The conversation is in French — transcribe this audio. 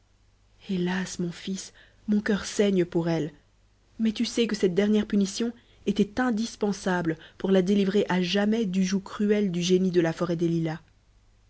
hélas mon fils mon coeur saigne pour elle mais tu sais que cette dernière punition était indispensable pour la délivrer à jamais du joug cruel du génie de la forêt des lilas